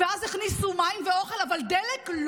ואז הכניסו מים ואוכל, אבל דלק?